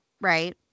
right